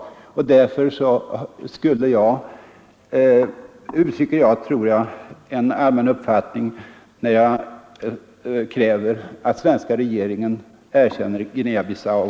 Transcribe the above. Jag tror därför att jag uttrycker en allmän uppfattning när jag kräver att den svenska regeringen erkänner Guinea-Bissau nu.